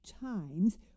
times